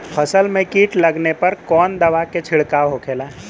फसल में कीट लगने पर कौन दवा के छिड़काव होखेला?